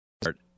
start